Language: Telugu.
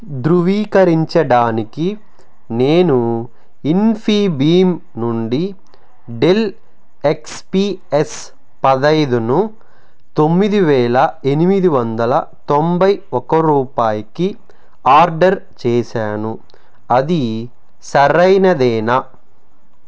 ధృవీకరించడానికి నేను ఇన్ఫీబీమ్ నుండి డెల్ ఎక్స్ పీ ఎస్ పదిహేనును తొమ్మిది వేల ఎనిమిది వందల తొంబై ఒక రూపాయికి ఆర్డర్ చేసాను అది సరైనదేనా